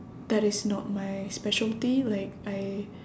that is not my specialty like I